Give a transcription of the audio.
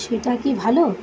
সেটা কি ভালো